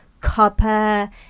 copper